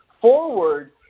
forward